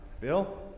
Bill